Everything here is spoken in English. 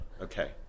Okay